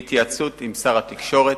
בהתייעצות עם שר התקשורת.